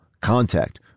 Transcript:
Contact